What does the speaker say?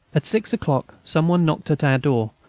at six o'clock some one knocked at our door,